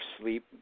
sleep